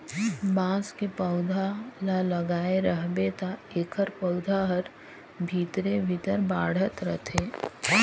बांस के पउधा ल लगाए रहबे त एखर पउधा हर भीतरे भीतर बढ़ात रथे